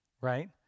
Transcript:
right